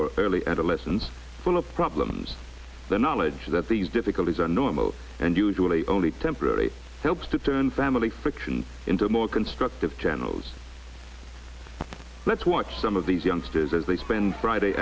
or early adolescence full of problems the knowledge that these difficulties are normal and usually only temporary helps to turn family functions into more constructive channels let's watch some of these youngsters as they spend friday